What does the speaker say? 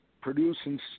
producing